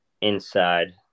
inside